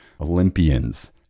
Olympians